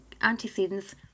antecedents